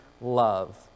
love